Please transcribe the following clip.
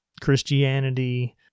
Christianity